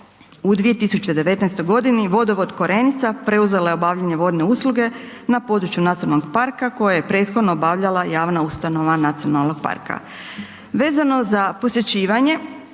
U 2019. vodovod Korenica preuzela je obavljanje vodne usluge na području nacionalnog parka koje je prethodno obavljala javna ustanova nacionalnog parka.